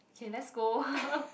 K let's go